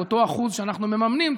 באותו אחוז שאנחנו מממנים,